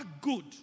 good